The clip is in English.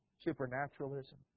supernaturalism